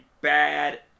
bad